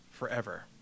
forever